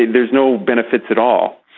there's no benefits at all.